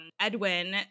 Edwin